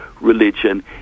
religion